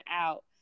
out